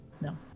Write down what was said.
No